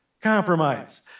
compromise